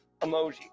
emoji